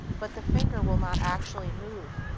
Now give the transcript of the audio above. but the finger will not actually move,